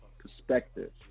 perspective